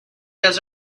does